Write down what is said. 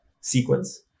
sequence